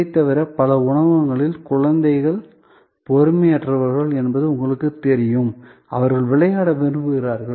அதைத் தவிர பல உணவகங்களில் குழந்தைகள் பொறுமையற்றவர்கள் என்பது உங்களுக்குத் தெரியும் அவர்கள் விளையாட விரும்புகிறார்கள்